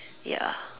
ya